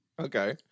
Okay